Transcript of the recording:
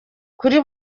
kuri